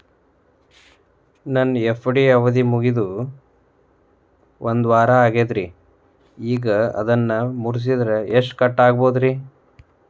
ನನ್ನ ಎಫ್.ಡಿ ಅವಧಿ ಮುಗಿದು ಒಂದವಾರ ಆಗೇದ್ರಿ ಈಗ ಅದನ್ನ ಮುರಿಸಿದ್ರ ಎಷ್ಟ ಕಟ್ ಆಗ್ಬೋದ್ರಿ?